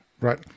Right